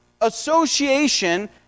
association